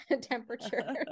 temperature